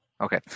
Okay